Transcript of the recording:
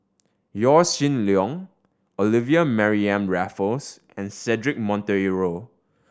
Yaw Shin Leong Olivia Mariamne Raffles and Cedric Monteiro